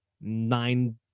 nine